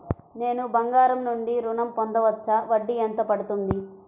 నేను బంగారం నుండి ఋణం పొందవచ్చా? వడ్డీ ఎంత పడుతుంది?